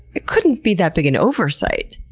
it couldn't be that big an oversight.